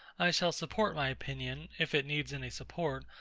i shall support my opinion, if it needs any support,